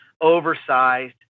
oversized